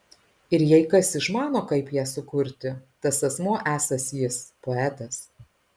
ir jei kas išmano kaip ją sukurti tas asmuo esąs jis poetas